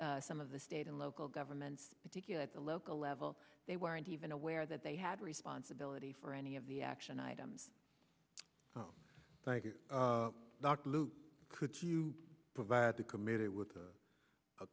e some of the state and local governments particularly the local level they weren't even aware that they had responsibility for any of the action items thank you could you provide the committee with